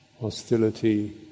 hostility